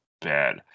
bad